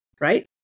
right